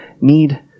need